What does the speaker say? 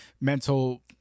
mental